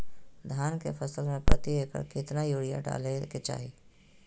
धान के फसल में प्रति एकड़ कितना यूरिया डाले के चाहि?